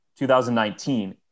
2019